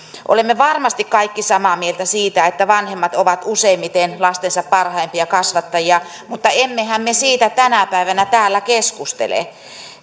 olemme varmasti kaikki samaa mieltä siitä että vanhemmat ovat useimmiten lastensa parhaimpia kasvattajia mutta emmehän me siitä tänä päivänä täällä keskustele